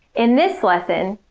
in this lesson,